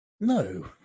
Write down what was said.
No